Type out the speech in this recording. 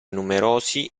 numerosi